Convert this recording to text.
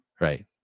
right